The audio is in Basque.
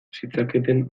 zitzaketen